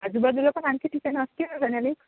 आजूबाजूला पण आणखी ठिकाणं असतील